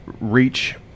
reach